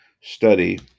study